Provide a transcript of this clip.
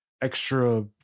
extra